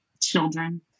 children